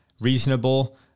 reasonable